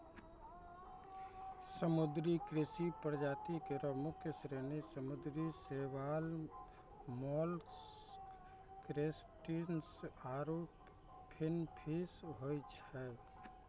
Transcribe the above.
समुद्री कृषि प्रजाति केरो मुख्य श्रेणी समुद्री शैवाल, मोलस्क, क्रसटेशियन्स आरु फिनफिश होय छै